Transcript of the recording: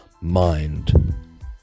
mind